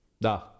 Da